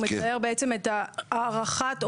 הוא מתאר בעצם את הערכת אומדן,